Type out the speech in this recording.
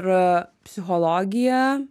ir psichologija